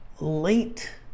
late